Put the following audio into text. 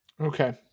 okay